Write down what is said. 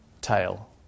tail